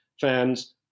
fans